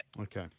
Okay